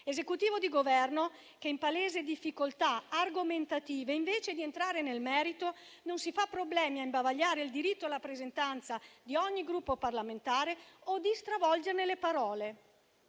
massimo. Il Governo, in palese difficoltà argomentative, invece di entrare nel merito, non si fa problemi a imbavagliare il diritto alla rappresentanza di ogni Gruppo parlamentare o di stravolgerne le parole.